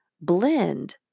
blend